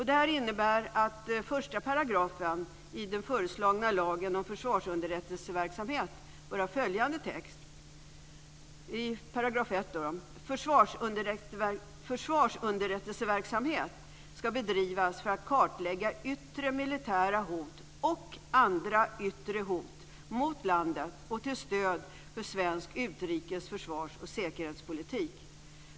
Det innebär att 1 § i den föreslagna lagen om försvarsunderrättelseverksamhet bör ha följande lydelse: Försvarsunderrättelseverksamhet ska bedrivas för att kartlägga yttre militära hot och andra yttre hot mot landet och till stöd för svensk utrikes och försvarsoch säkerhetspolitik.